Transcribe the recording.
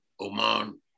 Oman